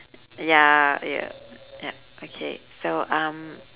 ya ya yup okay so um